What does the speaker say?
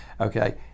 okay